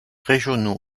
régionaux